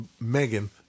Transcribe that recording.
Megan